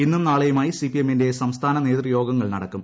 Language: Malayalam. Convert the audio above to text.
ഇന്നും നാളെയുമായി സിപിഎമ്മിന്റെ സംസ്ഥാന നേതൃയോഗങ്ങൾ നടക്കും